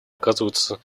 оказываются